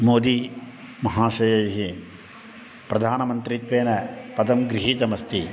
मोदीमहाशयैः प्रधानमन्त्रित्वेन पदं गृहीतमस्ति